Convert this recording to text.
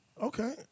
Okay